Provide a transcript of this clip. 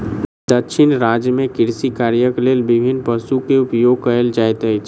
दक्षिण राज्य में कृषि कार्यक लेल विभिन्न पशु के उपयोग कयल जाइत अछि